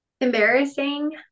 embarrassing